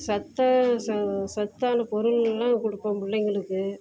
சத்து ச சத்தான பொருளெலாம் கொடுப்பேன் பிள்ளைங்களுக்கு